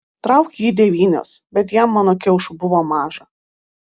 trauk jį devynios bet jam mano kiaušų buvo maža